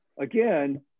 again